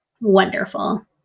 wonderful